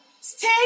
Stay